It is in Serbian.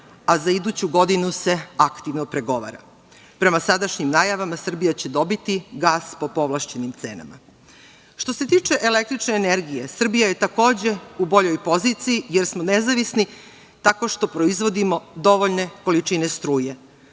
a za iduću godinu se aktivno pregovara. Prema sadašnjim najavama, Srbija će dobiti gas po povlašćenim cenama. Što se tiče električne energije, Srbija je takođe u boljoj poziciji, jer smo nezavisni tako što proizvodimo dovoljne količine struje.